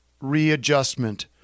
readjustment